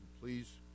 Please